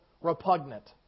repugnant